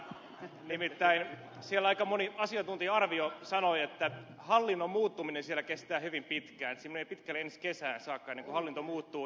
nimittäin siellä aika moni asiantuntija arvioi sanoi että hallinnon muuttuminen siellä kestää hyvin pitkään menee pitkälle ensi kesään saakka ennen kuin hallinto muuttuu